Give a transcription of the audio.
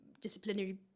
disciplinary